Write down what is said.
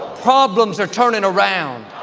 problems are turning around.